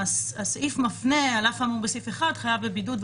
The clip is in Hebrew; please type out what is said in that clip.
הסעיף מפנה: "על אף האמור בסעיף 1, חייב בבידוד...